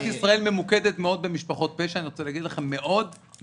ישראל ממוקדת מאוד במשפחות פשע מאוד-מאוד.